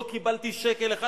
ולא קיבלתי שקל אחד,